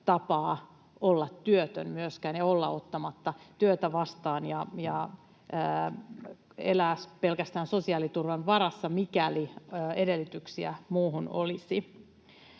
tapaa olla työtön ja olla ottamatta työtä vastaan ja elää pelkästään sosiaaliturvan varassa, mikäli edellytyksiä muuhun olisi.